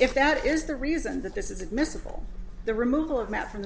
if that is the reason that this is admissible the removal of matt from the